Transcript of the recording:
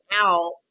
out